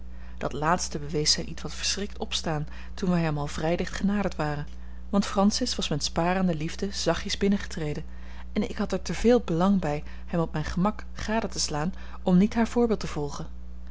dat laatste bewees zijn ietwat verschrikt opstaan toen wij hem al vrij dicht genaderd waren want francis was met sparende liefde zachtjes binnengetreden en ik had er te veel belang bij hem op mijn gemak gade te slaan om niet haar voorbeeld te volgen